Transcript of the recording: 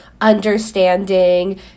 understanding